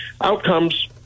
outcomes